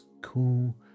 cool